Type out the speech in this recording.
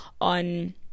on